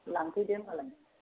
लांफै दे होनबालाय